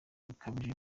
rukabije